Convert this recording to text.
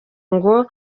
ngo